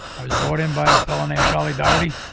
i was brought in by a fellow named johnny daugherty,